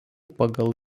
pagal